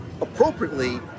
appropriately